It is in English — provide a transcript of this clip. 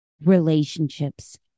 relationships